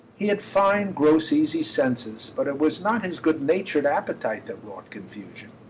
he had fine gross easy senses, but it was not his good-natured appetite that wrought confusion.